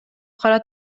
кара